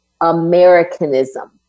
Americanism